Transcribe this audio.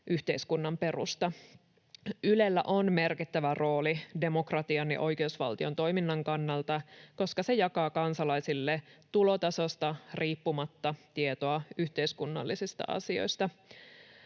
yhteiskunnan perusta. Ylellä on merkittävä rooli demokratian ja oikeusvaltion toiminnan kannalta, koska se jakaa kansalaisille tulotasosta riippumatta tietoa yhteiskunnallisista asioista.